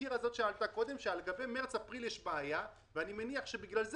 הזכירה אנה מלר שלגבי מרץ אפריל יש בעיה ואני מניח שבגלל זה